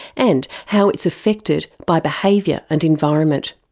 and how it's affected by behaviour and environment.